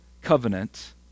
covenant